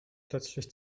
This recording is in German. plötzlich